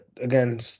again